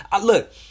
Look